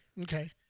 Okay